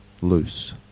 loose